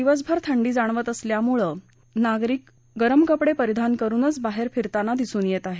दिवसभर थ्लंडी जाणवत असल्यामुळे अनेकजण गरम कपडे परिधान करूनच बाहेर फिरतांना दिसून येत आहे